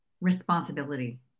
Responsibility